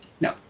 No